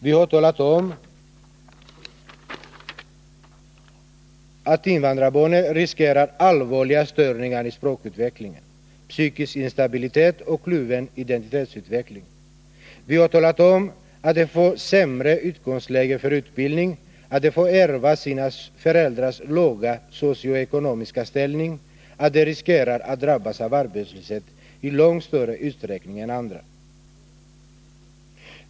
Vi har talat om att invandrarbarnen riskerar allvarliga störningar i språkutvecklingen, psykisk instabilitet och kluven identitetsutveckling. Vi har talat om att de får sämre utgångsläge för utbildning, att de får ärva sina föräldrars låga socio-ekonomiska ställning, att de riskerar att drabbas av arbetslöshet i långt större utsträckning än andra.